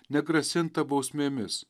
negrasinta bausmėmis